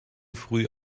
früh